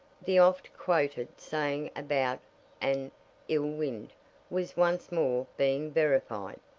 the oft-quoted saying about an ill wind was once more being verified,